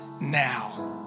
now